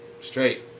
straight